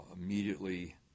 Immediately